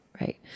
right